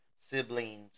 siblings